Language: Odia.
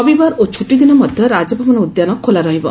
ରବିବାର ଓ ଛୁଟିଦିନ ମଧ୍ୟ ରାଜଭବନ ଉଦ୍ୟାନ ଖୋଲା ରହିବ